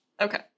Okay